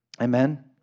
Amen